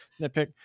nitpick